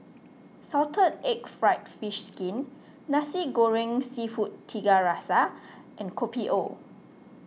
Salted Egg Fried Fish Skin Nasi Goreng Seafood Tiga Rasa and Kopi O